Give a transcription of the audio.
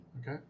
Okay